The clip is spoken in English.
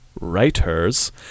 writers